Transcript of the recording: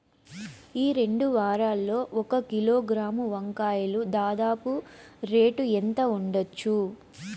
ఈ రెండు వారాల్లో ఒక కిలోగ్రాము వంకాయలు దాదాపు రేటు ఎంత ఉండచ్చు?